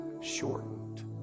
shortened